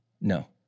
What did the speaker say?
No